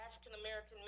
African-American